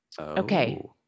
Okay